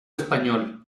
español